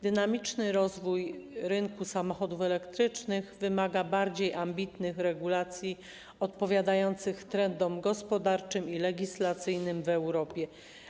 Dynamiczny rozwój rynku samochodów elektrycznych wymaga bardziej ambitnych regulacji odpowiadających trendom gospodarczym i legislacyjnym w Europie.